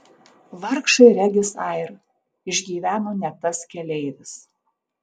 vargšai regis air išgyveno ne tas keleivis